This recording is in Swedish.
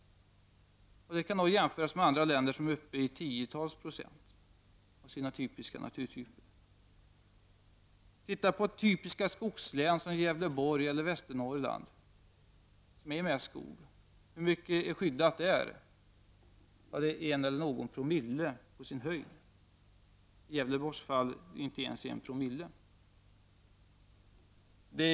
Detta kan jämföras med andra länder, som skyddar upp till 10 26 av sina typiska naturområden. Titta på typiska skogslän som Gävleborg och Västernorrland, som mest består av skog! Hur mycket är skyddat där? Ja, det är någon promille, på sin höjd — i Gävleborgs län är det inte ens 1960.